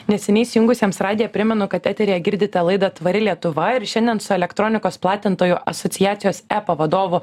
neseniai įsijungusiems radiją primenu kad eteryje girdite laidą tvari lietuva ir šiandien su elektronikos platintojų asociacijos epa vadovu